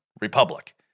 republic